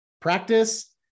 practice